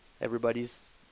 everybody's